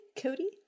Cody